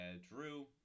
Drew